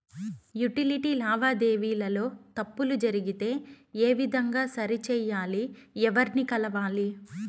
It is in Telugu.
యుటిలిటీ లావాదేవీల లో తప్పులు జరిగితే ఏ విధంగా సరిచెయ్యాలి? ఎవర్ని కలవాలి?